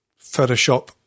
Photoshop